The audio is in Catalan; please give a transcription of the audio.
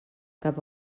cap